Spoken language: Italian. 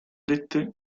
dette